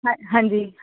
हां जी